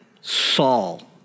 Saul